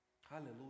Hallelujah